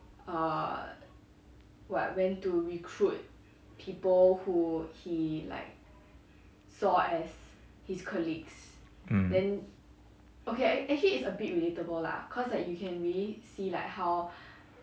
mm